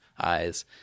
eyes